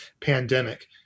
pandemic